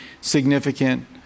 significant